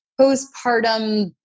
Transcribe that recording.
postpartum